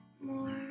more